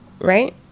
right